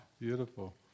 Beautiful